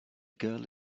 girl